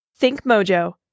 ThinkMojo